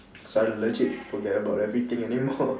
so I legit forget about everything anymore